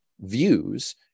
views